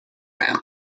man